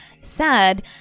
sad